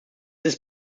ist